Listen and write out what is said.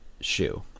shoe